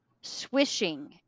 swishing